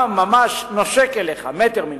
גם, ממש נושק אליך, מטר ממך.